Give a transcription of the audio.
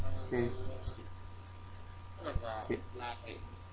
okay wait